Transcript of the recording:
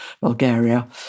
Bulgaria